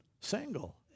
single